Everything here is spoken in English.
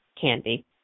candy